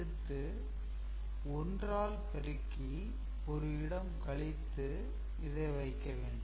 அடுத்து 1 ஆல் பெருக்கி 1 இடம் கழித்து இதை வைக்க வேண்டும்